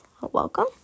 welcome